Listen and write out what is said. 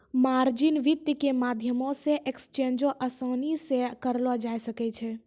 margin वित्त के माध्यमो से एक्सचेंजो असानी से करलो जाय सकै छै